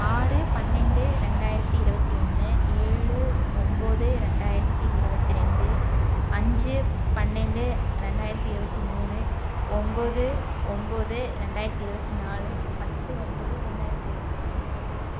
ஆறு பன்னெண்டு ரெண்டாயிரத்தி இருபத்தி ஒன்று ஏழு ஒம்பது ரெண்டாயிரத்தி இருபத்திரெண்டு அஞ்சு பன்னெண்டு ரெண்டாயிரத்தி இருபத்தி மூணு ஒம்பது ஒம்பது ரெண்டாயிரத்தி இருபத்தி நாலு பத்து ஒம்பது ரெண்டாயிரத்தி இருபத்தஞ்சு